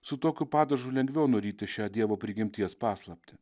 su tokiu padažu lengviau nuryti šią dievo prigimties paslaptį